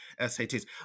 SATs